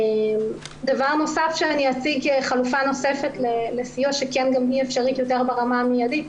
דבר נוסף שאציג חלופה נוספת לסיוע שכן גם אפשרי ברמה המיידית,